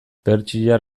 pertsiar